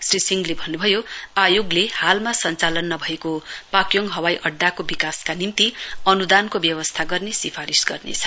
श्री सिंहले भन्नु भयो आयोगले सञ्चालन नभएको पाक्योङ हवाईअड्डाको विकासका निम्ति अनुदानको व्यवस्था गर्ने सिफारिश गर्नेछ